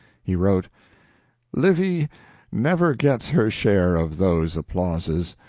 he wrote livy never gets her share of those applauses,